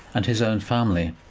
and his own family,